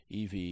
EV